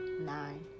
nine